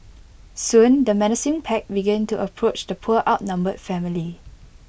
soon the menacing pack began to approach the poor outnumbered family